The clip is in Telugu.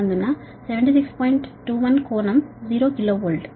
21 కోణం 0 కిలో వోల్ట్